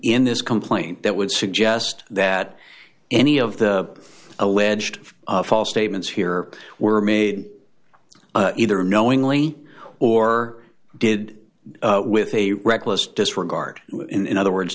in this complaint that would suggest that any of the alleged false statements here were made either knowingly or did with a reckless disregard in other words